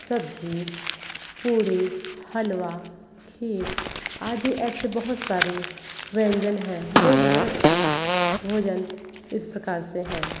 सब्ज़ी पूरी हलवा खीर आदि ऐसे बहुत सारी व्यंजन हैं जो भारत के भोजन इस प्रकार से हैं